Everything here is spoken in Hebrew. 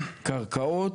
הקרקעות,